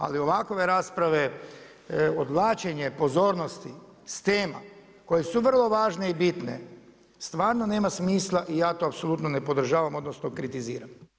Ali ovakve rasprave, odvlačenje pozornosti s tema koje su vrlo važne i bitne stvarno nema smisla i ja to apsolutno ne podržavam odnosno kritiziram.